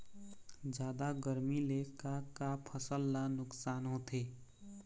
जादा गरमी ले का का फसल ला नुकसान होथे?